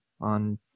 on